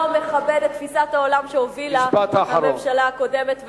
העולם אינו מכבד את תפיסת העולם שהובילה הממשלה הקודמת,